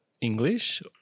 English